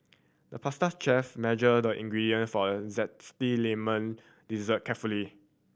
the pastry chef measured the ingredient for a zesty lemon dessert carefully